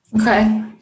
Okay